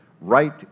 right